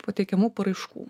pateikiamų paraiškų